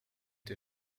der